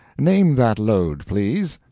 name that lode, please.